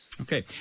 Okay